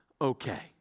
okay